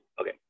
Okay